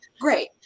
great